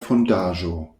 fondaĵo